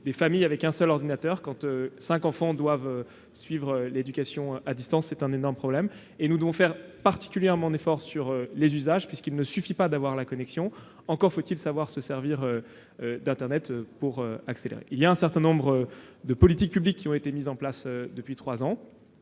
des familles ayant un seul ordinateur. Quand cinq enfants doivent suivre l'éducation à distance, c'est un énorme problème. Nous devons particulièrement faire un effort sur les usages, puisqu'il ne s'agit pas d'avoir la connexion, encore faut-il savoir se servir d'internet. Un certain nombre de politiques publiques ont été mises en place depuis trois ans